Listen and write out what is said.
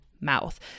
mouth